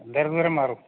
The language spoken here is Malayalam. എന്തോരം ദൂരം മാറും